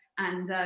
and